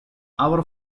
our